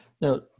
Now